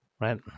right